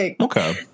okay